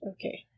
Okay